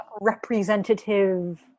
representative